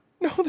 No